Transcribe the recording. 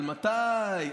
על מתי,